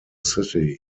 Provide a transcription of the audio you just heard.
city